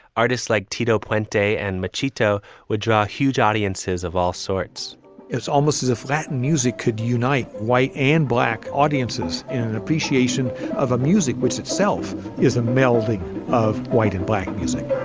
artists like tito puente de and machito would draw huge audiences of all sorts it's almost as if that music could unite white and black audiences in an appreciation of a music, which itself is a melding of white and black music